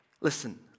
Listen